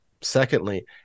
secondly